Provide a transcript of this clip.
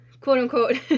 quote-unquote